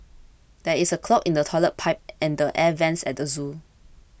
there is a clog in the Toilet Pipe and the Air Vents at the zoo